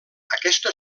aquesta